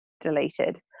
deleted